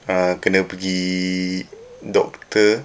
uh kena pergi doctor